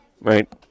Right